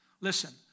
Listen